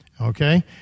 Okay